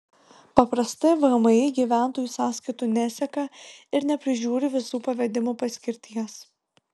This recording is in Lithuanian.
paprastai vmi gyventojų sąskaitų neseka ir neprižiūri visų pavedimų paskirties